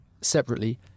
separately